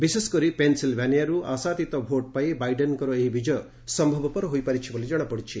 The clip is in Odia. ବିଶେଷକରି ପେନ୍ସିଲ୍ଭାନିଆରୁ ଆଶାତୀତ ଭୋଟ୍ ପାଇ ବାଇାଡେନ୍ଙ୍କର ଏହି ବିଜୟ ସମ୍ଭବପର ହୋଇପାରିଛି ବୋଲି ଜଣାପଡ଼ିଛି